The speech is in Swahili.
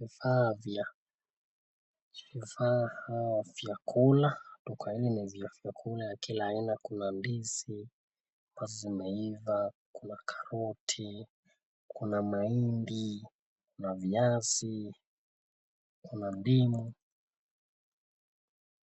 Vifaa kama vyakula vifaa vya ya kila haina. Kuna ndizi ambazo zimeiva, kuna karoti, kuna mahindi na viazi, kuna ndimu.